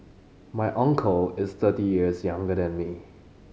my uncle is thirty years younger than me